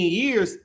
years